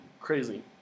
crazy